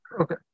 Okay